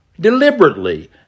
deliberately